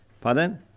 Pardon